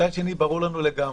מצד שני, ברור לגמרי